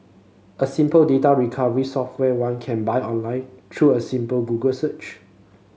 a simple data recovery software one can buy online through a simple Google search